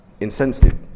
insensitive